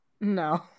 No